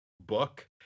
book